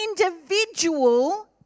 individual